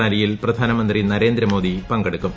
റാലിയിൽ പ്രധാനമന്ത്രി നരേന്ദ്രമോട്ടി പങ്കെടുക്കും